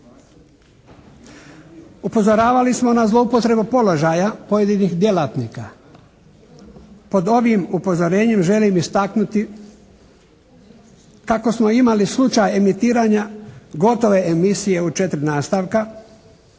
Upozoravali smo na zlouporabu položaja pojedinih djelatnika. Pod ovim upozorenjem želim istaknuti kako smo imali slučaj emitiranja gotove emisije u četiri nastavka